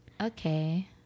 Okay